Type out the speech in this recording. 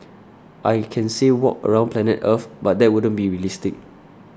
I can say walk around planet Earth but that wouldn't be realistic